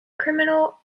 criminal